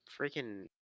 freaking